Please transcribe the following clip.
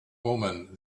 omen